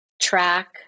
track